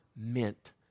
Meant